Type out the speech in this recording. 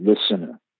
listener